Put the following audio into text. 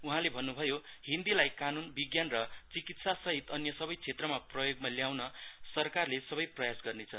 उहाँले भन्नभयो हिन्दीलाई कानूनविज्ञान र चिकित्सासहित अन्य सबै क्षेत्रमाल प्रयोगमा ल्याउन सरकारले सबै प्रयास गर्नेछ